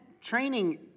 Training